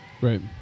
Right